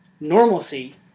normalcy